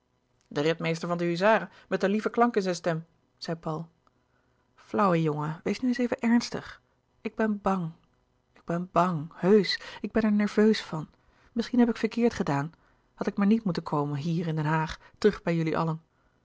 de ritmeester van de huzaren met den lieven klank in zijn stem zei paul louis couperus de boeken der kleine zielen flauwe jongen wees nu eens even ernstig ik ben bang ik ben bang heusch ik ben er nerveus van misschien heb ik verkeerd gedaan had ik maar niet moeten komen hier in den haag terug bij jullie allen